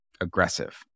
aggressive